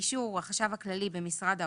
"באישור החשב הכללי במשרד האוצר"